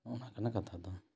ᱚᱱᱟ ᱠᱟᱱᱟ ᱠᱟᱛᱷᱟ ᱫᱚ